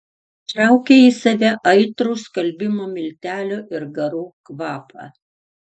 traukė į save aitrų skalbimo miltelių ir garų kvapą